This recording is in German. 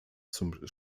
zum